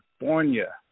California